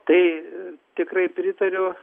tai tikrai pritariau